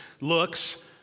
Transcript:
looks